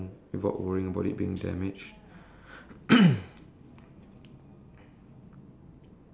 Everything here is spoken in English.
but if I just keep eating canned food and all I may survive the zombie apocalypse but